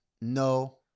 No